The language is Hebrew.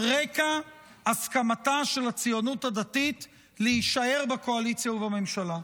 על רקע הסכמתה של הציונות הדתית להישאר בקואליציה ובממשלה.